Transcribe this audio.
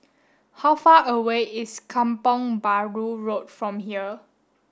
how far away is Kampong Bahru Road from here